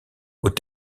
aux